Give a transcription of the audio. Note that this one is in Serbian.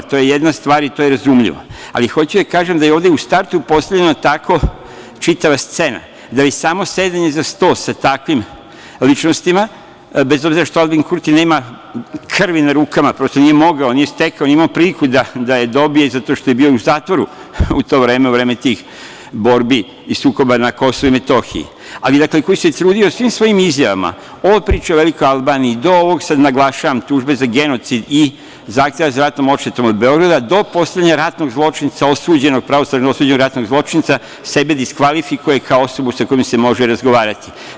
To je jedna stvar i to je razumljivo, ali hoću da kažem da je ovde u startu postavljena tako čitava scena da i samo sedenje za stolom sa takvim ličnostima, bez obzira što Aljbin Kurti nema krvi na rukama, prosto nije mogao, nije stekao, nije imao priliku da je dobije zato što je bio u zatvoru u to vreme, u vreme tih borbi i sukoba na KiM, ali koji se trudio svim svojim izjavama i pričama o velikoj Albaniji, do ovoga sada, naglašavam, tužbe za genocid i zahteva za ratnom odštetom od Beograda do postavljanja ratnog zločinca osuđenog, pravosnažno osuđenog ratnog zločinca, sebi diskvalifikuje osobu sa kojom se može razgovarati.